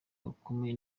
bakomeye